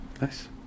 Nice